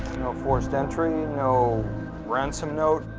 forced entry. no ransom note.